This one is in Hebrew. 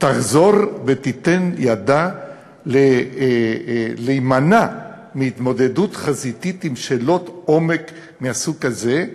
תחזור ותיתן ידה להימנע מהתמודדות חזיתית עם שאלות עומק מהסוג הזה,